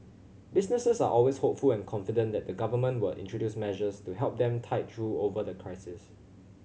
businesses are always hopeful and confident that the Government will introduce measures to help them tide through over the crisis